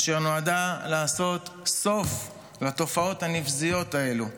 אשר נועדה לעשות סוף לתופעות הנבזיות האלה.